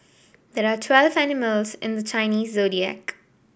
there are twelve animals in the Chinese Zodiac